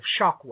shockwave